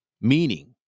meaning